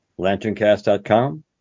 Lanterncast.com